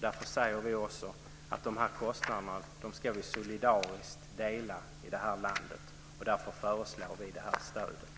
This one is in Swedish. Därför säger vi också att vi solidariskt ska dela de kostnaderna i det här landet. Därför föreslår vi det här stödet.